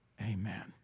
amen